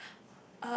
instead of